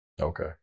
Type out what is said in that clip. Okay